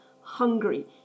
hungry